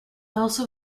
also